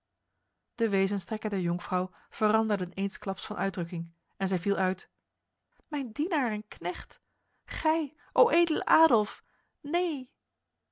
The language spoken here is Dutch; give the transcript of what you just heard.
de wezenstrekken der jonkvrouw veranderden eensklaps van uitdrukking en zij viel uit mijn dienaar en knecht gij o edele adolf neen